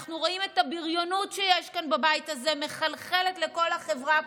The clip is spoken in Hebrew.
אנחנו רואים את הבריונות שיש בבית הזה מחלחלת לכל החברה,